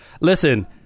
listen